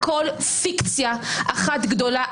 הכול פיקציה אחת גדולה.